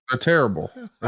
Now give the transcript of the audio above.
Terrible